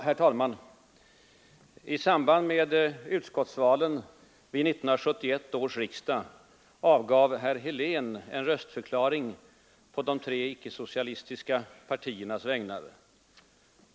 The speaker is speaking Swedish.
Herr talman! I samband med utskottsvalen vid 1971 års riksdag avgav herr Helén en röstförklaring på de tre icke-socialistiska partiernas vägnar.